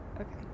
okay